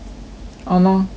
!hannor! ya lor